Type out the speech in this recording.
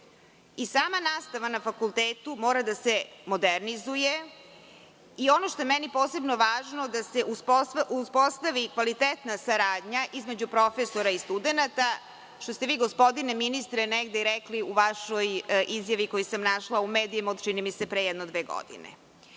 Sama nastava na fakultetu mora da se modernizuje. Ono što je posebno važno jeste da se uspostavi kvalitetna saradnja između profesora i studenata, što ste gospodine ministre, negde i rekli u vašoj izjavi koju sam našla u medijima, od pre jedno dve godine. Ne